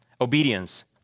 obedience